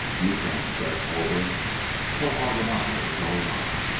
you can, chet told him towahg and i are going on.